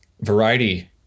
variety